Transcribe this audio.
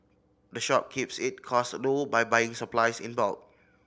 the shop keeps its cost low by buying supplies in bulk